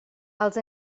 els